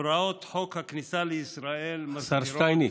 הוראות חוק הכניסה לישראל מסדירות, השר שטייניץ.